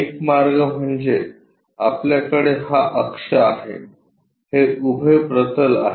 एक मार्ग म्हणजे आपल्याकडे हा अक्ष आहे हे उभे प्रतल आहे